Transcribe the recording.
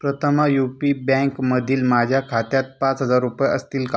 प्रथमा U P बँकमधील माझ्या खात्यात पाच हजार रूपये असतील का